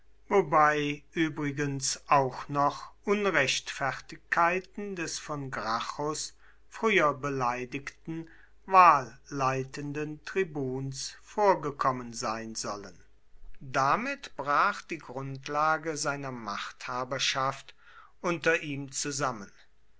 wobei übrigens auch noch unrechtfertigkeiten des von gracchus früher beleidigten wahlleitenden tribuns vorgekommen sein sollen damit brach die grundlage seiner machthaberschaft unter ihm zusammen